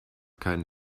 keinen